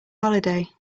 holiday